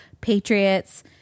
Patriots